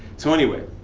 so anyway,